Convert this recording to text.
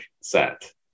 set